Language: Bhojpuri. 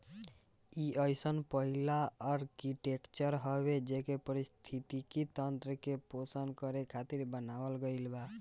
इ अइसन पहिला आर्कीटेक्चर हवे जेके पारिस्थितिकी तंत्र के पोषण करे खातिर बनावल गईल रहे